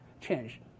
change